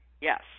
Yes